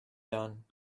done